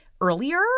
earlier